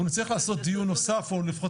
אנחנו נצטרך לעשות דיון נוסף או לפחות